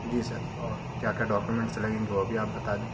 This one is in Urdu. جی سر اور کیا کیا ڈاکومنٹس لگیں گے وہ بھی آپ بتا دیں